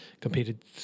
competed